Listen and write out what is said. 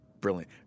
brilliant